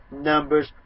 numbers